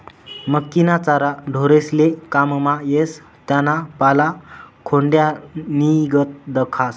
मक्कीना चारा ढोरेस्ले काममा येस त्याना पाला खोंड्यानीगत दखास